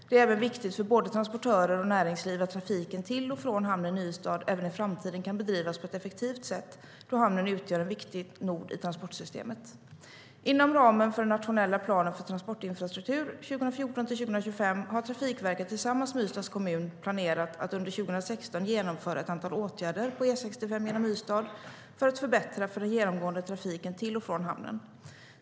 Det är även viktigt för både transportörer och näringsliv att trafiken till och från hamnen i Ystad också i framtiden kan bedrivas på ett effektivt sätt då hamnen utgör en viktig nod i transportsystemet. Inom ramen för den nationella planen för transportinfrastruktur 2014-2025 har Trafikverket tillsammans med Ystads kommun planerat att under 2016 genomföra ett antal åtgärder på väg E65 genom Ystad för att förbättra för den genomgående trafiken till och från hamnen.